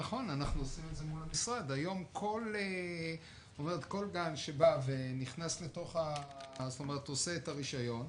נכון, היום כל גן שעושה את הרישיון,